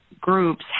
groups